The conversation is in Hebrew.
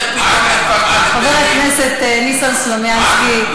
חבר הכנסת ניסן סלומינסקי,